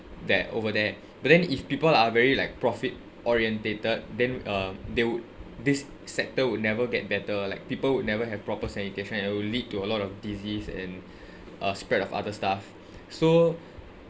that over there but then if people are very like profit orientated then uh they would this sector will never get better like people would never have proper sanitation and it would lead to a lot of disease and uh spread of other stuff so